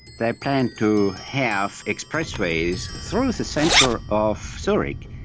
they planned to have expressways through the centre of zurich.